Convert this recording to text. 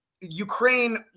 Ukraine